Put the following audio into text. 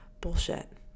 bullshit